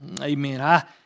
Amen